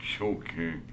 Okay